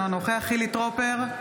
אינו נוכח חילי טרופר,